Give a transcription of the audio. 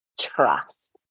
trust